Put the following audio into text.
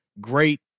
great